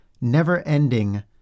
never-ending